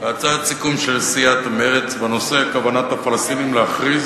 הצעת סיכום של סיעת מרצ בנושא כוונת הפלסטינים להכריז